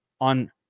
on